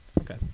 Okay